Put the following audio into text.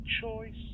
choice